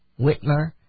Whitmer